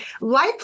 life